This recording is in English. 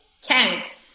tank